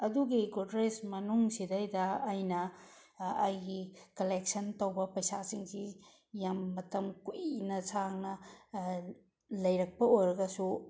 ꯑꯗꯨꯒꯤ ꯒꯣꯗ꯭ꯔꯦꯁ ꯃꯅꯨꯡꯁꯤꯗꯒꯤꯁꯤꯗ ꯑꯩꯅ ꯑꯩꯒꯤ ꯀꯂꯦꯛꯁꯟ ꯇꯧꯕ ꯄꯩꯁꯥꯁꯤꯡꯁꯤ ꯌꯥꯝ ꯃꯇꯝ ꯀꯨꯏꯅ ꯁꯥꯡꯅ ꯂꯩꯔꯛꯄ ꯑꯣꯏꯔꯒꯁꯨ